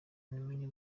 namenye